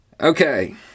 Okay